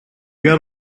got